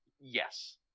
Yes